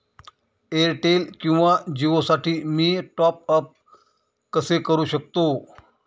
Airtel किंवा जिओसाठी मी टॉप ॲप कसे करु शकतो?